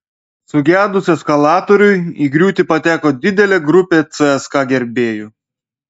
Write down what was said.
sugedus eskalatoriui į griūtį pateko didelė grupė cska gerbėjų